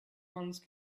once